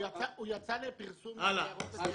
הוא יצא לפרסום להערות.